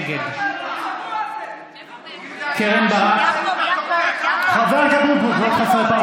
נגד חבר הכנסת אבוטבול,